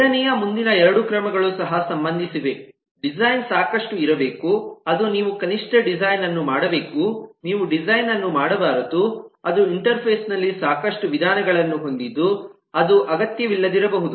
ಎರಡನೆಯ ಮುಂದಿನ ಎರಡು ಕ್ರಮಗಳು ಸಹ ಸಂಬಂಧಿಸಿವೆ ಡಿಸೈನ್ ಸಾಕಷ್ಟು ಇರಬೇಕು ಅದು ನೀವು ಕನಿಷ್ಟ ಡಿಸೈನ್ ಅನ್ನು ಮಾಡಬೇಕು ನೀವು ಡಿಸೈನ್ ಅನ್ನು ಮಾಡಬಾರದು ಅದು ಇಂಟರ್ಫೇಸ್ ನಲ್ಲಿ ಸಾಕಷ್ಟು ವಿಧಾನಗಳನ್ನು ಹೊಂದಿದ್ದು ಅದು ಅಗತ್ಯವಿಲ್ಲದಿರಬಹುದು